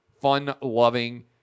fun-loving